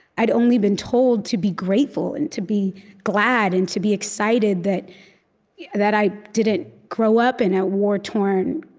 i'd only been told to be grateful and to be glad and to be excited that yeah that i didn't grow up in a war-torn,